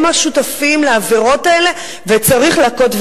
הם השותפים לעבירות האלה וצריך להכות,